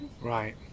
right